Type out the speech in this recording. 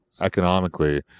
economically